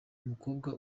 umukobwa